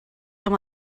amb